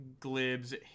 glibs